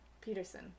peterson